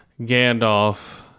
Gandalf